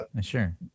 Sure